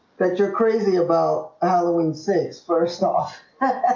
that you're crazy about halloween says first off